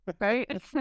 right